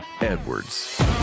Edwards